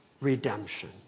redemption